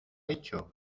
hecho